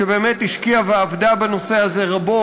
שבאמת השקיעה ועבדה בנושא הזה רבות,